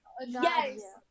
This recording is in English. Yes